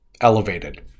elevated